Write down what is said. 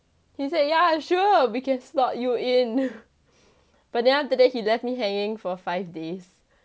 he said yeah sure we can slot you in but then after that he left me hanging for five days